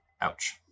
Ouch